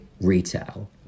retail